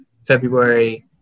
February